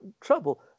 trouble